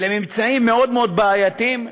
לממצאים מאוד מאוד בעייתיים,